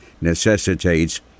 necessitates